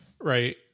Right